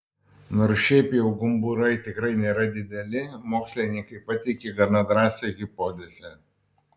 nors šiaip jau gumburai tikrai nėra dideli mokslininkai pateikė gana drąsią hipotezę